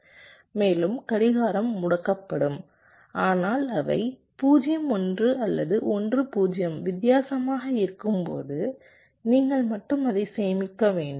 மேலும் கடிகாரம் முடக்கப்படும் ஆனால் அவை 0 1 அல்லது 1 0 வித்தியாசமாக இருக்கும்போது நீங்கள் மட்டும் அதை சேமிக்க வேண்டும்